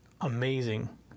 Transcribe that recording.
amazing